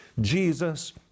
Jesus